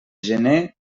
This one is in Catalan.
gener